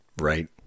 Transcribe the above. right